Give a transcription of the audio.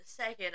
second